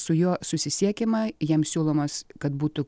su juo susisiekiama jiems siūlomas kad būtų